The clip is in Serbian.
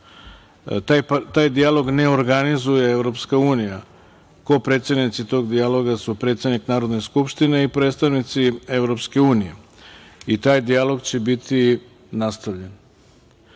Taj dijalog ne organizuje EU. Kopredsednici tog dijaloga su predsednik Narodne skupštine i predstavnici EU i taj dijalog će biti nastavljen.O